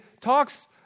talks